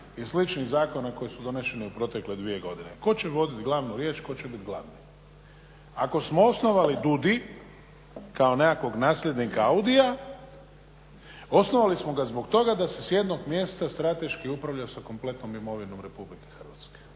i sličnih zakona koji su doneseni u protekle dvije godine, tko će voditi glavnu riječ, tko će biti glavni. Ako smo osnovali DUDI kao nekakvog nasljednika AUDIJA osnovali smo ga zbog toga da se s jednog mjesta strateški upravlja sa kompletnom imovinom RH.